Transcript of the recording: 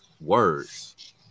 words